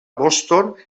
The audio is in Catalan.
boston